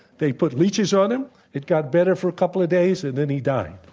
they put leaches on him. it got better for a couple of days and then he died.